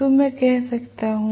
तो मैं कह सकता हूं